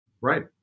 Right